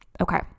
Okay